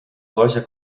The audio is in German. solcher